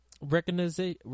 recognition